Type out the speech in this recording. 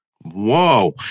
Whoa